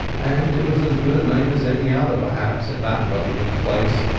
and it was as good a name as any other, perhaps, in that lonely place,